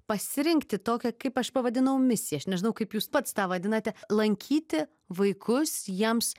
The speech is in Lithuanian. pasirinkti tokią kaip aš pavadinau misiją aš nežinau kaip jūs pats tą vadinate lankyti vaikus jiems